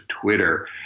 Twitter